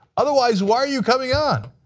otherwise, why are you coming on?